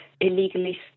illegally